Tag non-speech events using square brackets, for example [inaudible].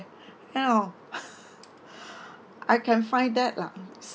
you know [laughs] I can find that lah